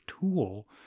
tool